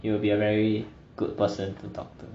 he will be a very good person to talk to